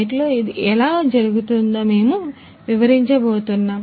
సైట్లో ఇది ఎలా జరుగుతుందో మేము వివరించబోతున్నాం